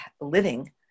living